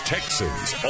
Texans